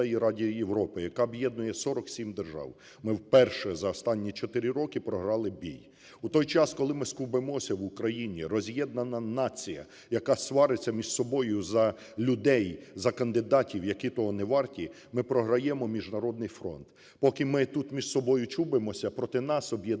Ради Європи, яка об'єднує 47 держав, ми вперше за останні чотири роки програли бій. У той час, коли ми скубимося в Україні, роз'єднана нація, яка свариться між собою за людей, за кандидатів, які того не варті, ми програємо міжнародний фронт. Поки ми тут між собою чубимося, проти нас об'єдналися